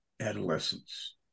adolescence